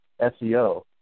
SEO